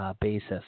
basis